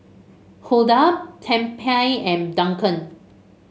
Hulda Tempie and Duncan